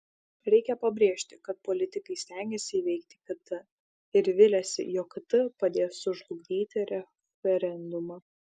reikia pabrėžti kad politikai stengiasi įvelti kt ir viliasi jog kt padės sužlugdyti referendumą